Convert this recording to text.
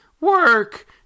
work